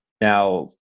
Now